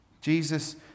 Jesus